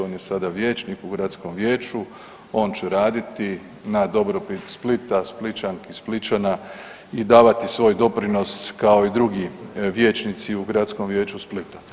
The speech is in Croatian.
On je sada vijećnik u gradskom vijeću, on će raditi na dobrobit Splita, Splićanki i Splićana i davati svoj doprinos kao i drugi vijećnici u Gradskom vijeću Splita.